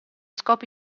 scopi